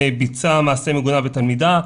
ביצע מעשה מגונה בתלמידה,